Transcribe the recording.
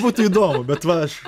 būtų įdomu bet va aš